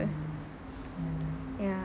ya